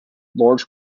large